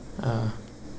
uh